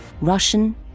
Russian